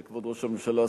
כבוד ראש הממשלה,